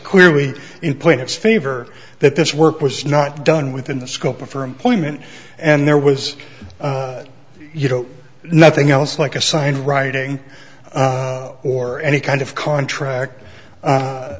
clearly in plaintiff's favor that this work was not done within the scope of her employment and there was you know nothing else like a signed writing or any kind of contract